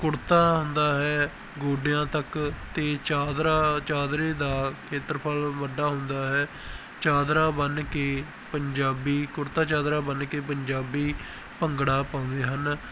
ਕੁੜਤਾ ਹੁੰਦਾ ਹੈ ਗੋਡਿਆਂ ਤੱਕ ਅਤੇ ਚਾਦਰਾ ਚਾਦਰੇ ਦਾ ਖੇਤਰਫਲ ਵੱਡਾ ਹੁੰਦਾ ਹੈ ਚਾਦਰਾ ਬੰਨ੍ਹ ਕੇ ਪੰਜਾਬੀ ਕੁੜਤਾ ਚਾਦਰਾ ਬੰਨ੍ਹ ਕੇ ਪੰਜਾਬੀ ਭੰਗੜਾ ਪਾਉਂਦੇ ਹਨ